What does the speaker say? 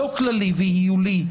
לא כללי והיולי,